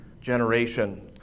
generation